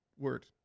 word